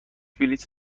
بلیت